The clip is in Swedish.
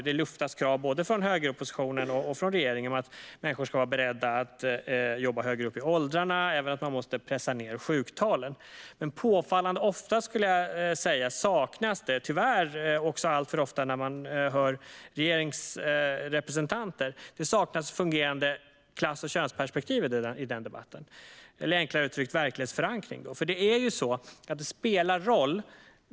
Det luftas krav från både högeroppositionen och regeringen om att människor ska vara beredda att jobba högre upp i åldrarna och att sjuktalen måste pressas ned. Men påfallande ofta saknas det, tyvärr även hos regeringsrepresentanter, ett fungerande klass och könsperspektiv i denna debatt, eller, enklare uttryckt, verklighetsförankring.